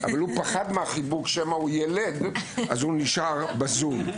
הוא פחד מהחיבוק שמא יילד, אז נשאר בזום.